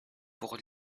pour